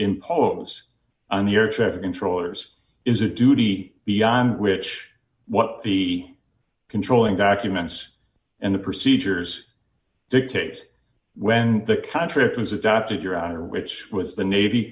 impose on the air traffic controllers is a duty beyond which what the controlling documents and the procedures dictate when the contract was adopted your honor which was the navy